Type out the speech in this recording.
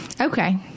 Okay